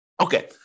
Okay